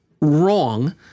wrong